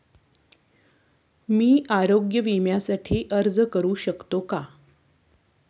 मी आरोग्य विम्यासाठी अर्ज करू शकतो का?